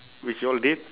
which you all did